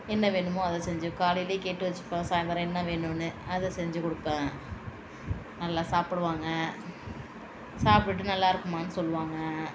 என்ன வேணுமோ அதை செஞ்சு காலையிலே கேட்டு வச்சிப்பேன் சாய்ந்தரம் என்ன வேணும்னு அதை செஞ்சு கொடுப்பேன் நல்லா சாப்பிடுவாங்க சாப்பிட்டுட்டு நல்லா இருக்குமான்னு சொல்லுவாங்க